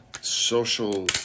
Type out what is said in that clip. social